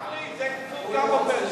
גפני, זה, מה?